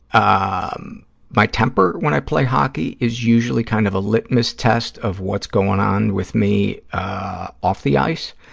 ah um my temper when i play hockey is usually kind of a litmus test of what's going on with me off the ice.